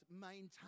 maintain